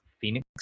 Phoenix